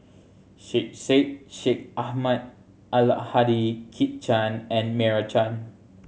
Syed Sheikh Syed Ahmad Al Hadi Kit Chan and Meira Chand